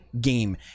game